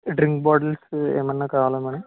drink bottles ఏమైనా కావాలా madam